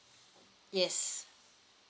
yes